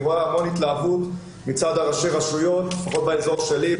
אני רואה המון התלהבות מצד ראשי הרשויות לפחות באזור שלי,